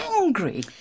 angry